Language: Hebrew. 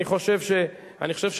אני חושב שדרושה,